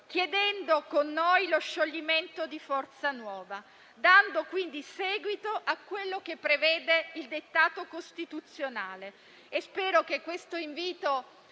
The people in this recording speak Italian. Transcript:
chiedendo con noi lo scioglimento di Forza Nuova e dando così seguito a quanto prevede il dettato costituzionale. Spero che questo invito